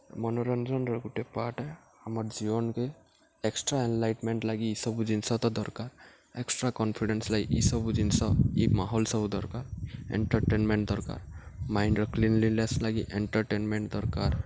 ମନୋରଞ୍ଜନ୍ର ଗୁଟେ ପାର୍ଟ୍ ଏ ଆମର୍ ଜୀବନ୍କେ ଏକ୍ସ୍ଟ୍ରା ଏନ୍ଲାଇଟ୍ମେଣ୍ଟ୍ ଲାଗି ଇ ସବୁ ଜିନିଷ ତ ଦର୍କାର୍ ଏକ୍ସ୍ଟ୍ରା କନ୍ଫିଡେନ୍ସ୍ ଲାଗି ଇ ସବୁ ଜିନିଷ ଇ ମାହୋଲ୍ ସବୁ ଦର୍କାର୍ ଏଣ୍ଟର୍ଟେନ୍ମେଣ୍ଟ୍ ଦର୍କାର୍ ମାଇଣ୍ଡ୍ର କ୍ଲିନ୍ଲିନେସ୍ ଲାଗି ଏଣ୍ଟର୍ଟେନ୍ମେଣ୍ଟ୍ ଦର୍କାର୍